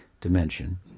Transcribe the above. dimension